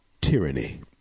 tyranny